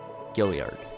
Gilliard